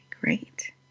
Great